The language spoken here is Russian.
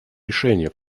решение